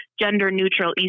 gender-neutral